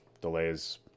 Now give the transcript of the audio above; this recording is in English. delays